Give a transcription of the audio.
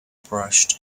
brushed